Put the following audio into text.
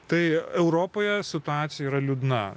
tai europoje situacija yra liūdna